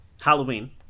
Halloween